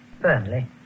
firmly